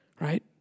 right